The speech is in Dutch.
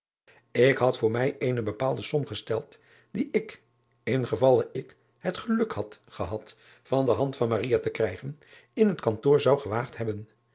k had voor mij eene bepaalde som gesteld die ik in gevalle ik het geluk had gehad van de hand van te krijgen in het kantoor zou gewaagd hebben